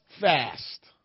fast